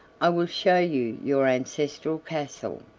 i will show you your ancestral castle.